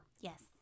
Yes